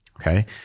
Okay